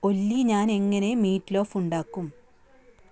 ഒല്ലി ഞാൻ എങ്ങനെ മീറ്റ്ലോഫ് ഉണ്ടാക്കും